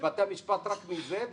בתי המשפט רק מזה,